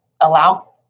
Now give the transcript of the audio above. allow